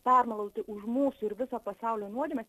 permaldauti už mūsų ir viso pasaulio nuodėmes